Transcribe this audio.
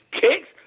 kicks